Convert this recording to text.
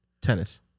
Tennis